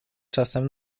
czasem